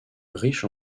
riche